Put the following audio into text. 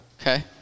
Okay